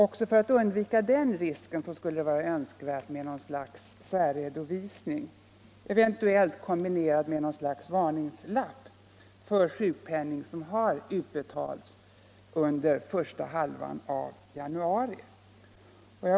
Även för att undvika den risken vore det önskvärt med något slags särredovisning — eventuellt kombinerad med en varningslapp — för sjukpenning som har utbetalts under första hälften av januari.